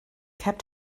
kept